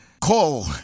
Call